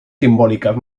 simbólicas